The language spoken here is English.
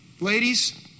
ladies